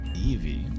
Evie